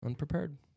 unprepared